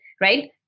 Right